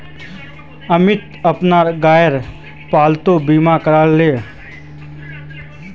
अमित अपना गायेर पालतू बीमा करवाएं लियाः